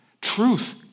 Truth